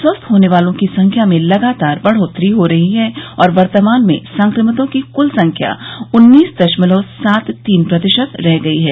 स्वस्थ होने वालों की संख्या में लगातार बढ़ोतरी हो रही है और वर्तमान में संक्रमितों की कुल संख्या उन्नीस दशमलव सात तीन प्रतिशत रह गई है